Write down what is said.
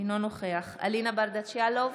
אינו נוכח אלינה ברדץ' יאלוב,